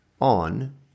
on